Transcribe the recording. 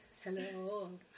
Hello